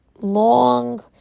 long